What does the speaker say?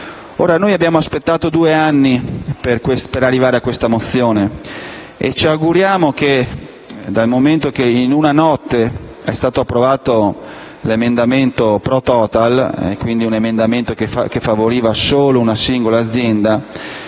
noi abbiamo aspettato due anni per arrivare a questa mozione e ci auguriamo che, dal momento che in una notte è stato approvato l'emendamento *pro* Total (un emendamento che favoriva una sola singola azienda),